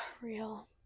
real